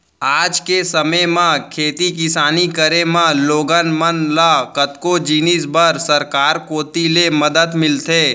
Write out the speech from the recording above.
आज के समे म खेती किसानी करे म लोगन मन ल कतको जिनिस बर सरकार कोती ले मदद मिलथे